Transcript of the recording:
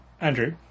Andrew